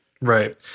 Right